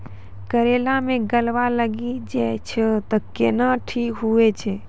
करेला मे गलवा लागी जे छ कैनो ठीक हुई छै?